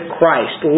Christ